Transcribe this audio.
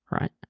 Right